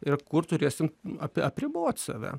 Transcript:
ir kur turėsim api apribot save